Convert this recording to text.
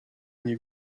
nie